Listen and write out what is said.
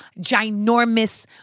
ginormous